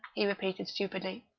he repeated stupidly.